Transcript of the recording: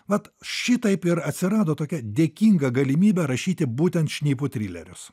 vat šitaip ir atsirado tokia dėkinga galimybe rašyti būtent šnipų trilerius